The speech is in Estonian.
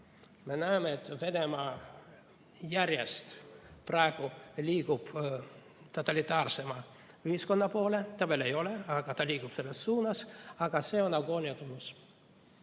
Me näeme, et Venemaa liigub praegu järjest totalitaarsema ühiskonna poole, ta veel ei ole seda, aga ta liigub selles suunas. Aga see on agoonia tunnus.